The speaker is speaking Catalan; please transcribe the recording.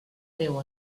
déu